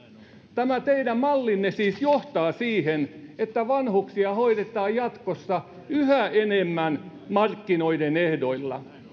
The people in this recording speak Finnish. tämä teidän mallinne siis johtaa siihen että vanhuksia hoidetaan jatkossa yhä enemmän markkinoiden ehdoilla